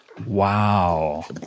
Wow